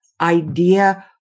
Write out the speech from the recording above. idea